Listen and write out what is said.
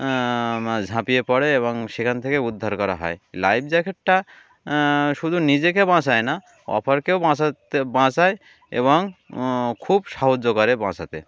ঝাঁপিয়ে পড়ে এবং সেখান থেকে উদ্ধার করা হয় লাইফ জ্যাকেটটা শুধু নিজেকে বাঁচায় না অপারকেও বাঁচাতে বাঁচায় এবং খুব সাহায্য করে বাঁচাতে